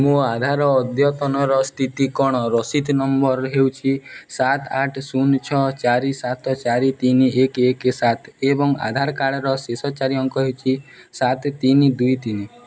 ମୋ ଆଧାର ଅଦ୍ୟତନର ସ୍ଥିତି କ 'ଣ ରସିଦ ନମ୍ବର ହେଉଛି ସାତ ଆଠ ଶୂନ ଛଅ ଚାରି ସାତ ଚାରି ତିନି ତିନି ଏକ ଏକ ସାତ ଏବଂ ଆଧାର କାର୍ଡ଼ର ଶେଷ ଚାରି ଅଙ୍କ ହେଉଛି ସାତ ତିନି ଦୁଇ ତିନି